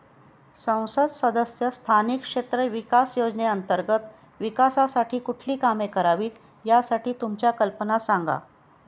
संसद सदस्य स्थानिक क्षेत्र विकास योजने अंतर्गत विकासासाठी कुठली कामे करावीत, यासाठी तुमच्या कल्पना सांगा